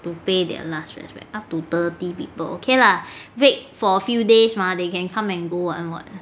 to pay their last respects up to thirty people okay lah wake for few days mah they can come and go [what]